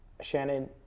Shannon